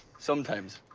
sometimes.